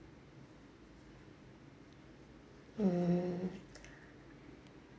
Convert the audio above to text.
mm